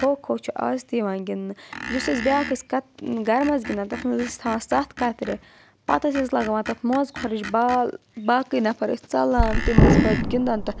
کھو کھو چھُ آز تہِ یِوان گِنٛدنہٕ یُس ٲسۍ بیٛاکھ ٲسۍ کَت گَرٕمَس گِنٛدان تَتھ منٛز ٲسۍ تھاوان سَتھ کَترِ پَتہٕ ٲسۍ أسۍ لَگاوان تَتھ موزٕ خۄرج بال باقٕے نَفَر ٲسۍ ژَلان تِم ٲسۍ پَتہٕ گِنٛدان تَتھ